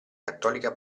cattolica